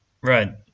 right